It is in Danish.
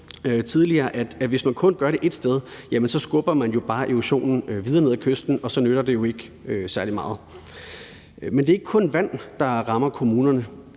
at hvis man kun gør det ét sted, skubber man bare erosionen videre ned ad kysten, og så nytter det ikke særlig meget. Men det er ikke kun vand, der rammer kommunerne.